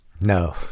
No